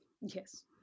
yes